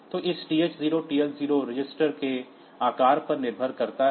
तो इस TH0 TL0 register के आकार पर निर्भर करता है